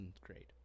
great